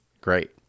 great